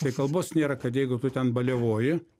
tai kalbos nėra kad jeigu tu ten baliavoji